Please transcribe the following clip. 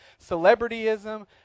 celebrityism